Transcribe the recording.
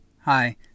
Hi